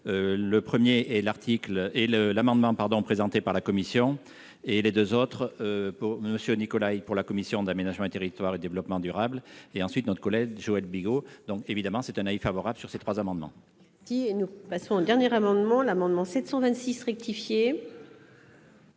le l'amendement pardon, présenté par la Commission et les 2 autres pour Monsieur Nikolaï pour la commission de l'aménagement du territoire, le développement durable et ensuite notre collègue Joël Bigot, donc évidemment c'est un avis favorable sur ces trois amendements. Qui et nous passons dernier amendement l'amendement 726 rectifié.